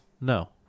No